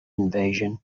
invasion